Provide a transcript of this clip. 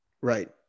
Right